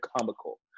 comical